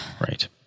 Right